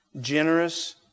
generous